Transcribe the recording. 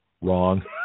Wrong